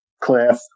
Cliff